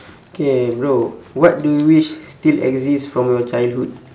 K bro what do you wish still exist from your childhood